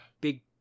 big